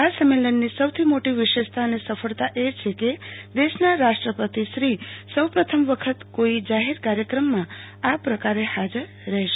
આ સંમેલનની સૌથી મોટી વિશેષતા અને સફળતા એ છે કે દશેના રાષ્ટ્રપતિ શ્રી સૌ પ્રથમ વખત કોઈ જાહેર કાર્યક્રમમાં આ પ્રકારે હાજર રહેશે